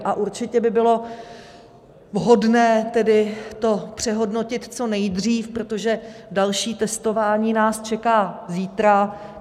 A určitě by bylo vhodné tedy to přehodnotit co nejdřív, protože další testování nás čeká zítra.